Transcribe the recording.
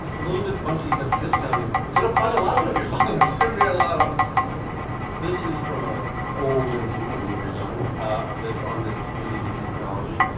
a little bit funky but stiff sounding could apply to lots of your song that's going to be a lot um of this is from a old interview when you were young ah that's on this new dvd chronology.